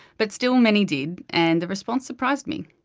but still many did, and the response surprised me.